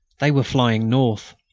they were flying north.